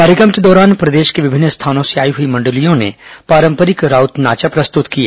कार्य क्र म के दौरान प्रदेश के विभिन्न स्थानों से आई हुई मंडलियों ने पांरपरिक राउत नाचा प्रस्तुत किए